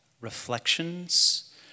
reflections